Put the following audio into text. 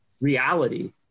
reality